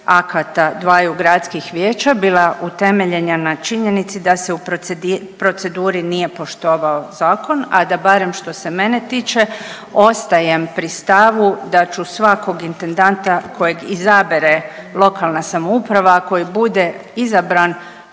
akata dvaju gradskih vijeća bila utemeljena na činjenici da se u proceduri nije poštovao zakon, a da barem što se mene tiče ostajem pri stavu da ću svakog intendanta kojeg izabere lokalna samouprava, a koji bude izabran